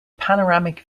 panoramic